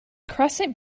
crescent